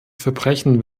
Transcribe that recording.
verbrechen